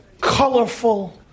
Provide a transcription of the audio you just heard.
colorful